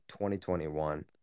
2021